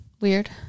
Weird